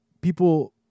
people